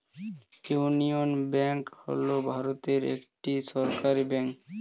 union bank হল ভারতের একটি সরকারি ব্যাঙ্ক